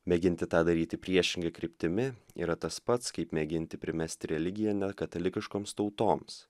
mėginti tą daryti priešinga kryptimi yra tas pats kaip mėginti primesti religiją ne katalikiškoms tautoms